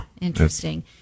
Interesting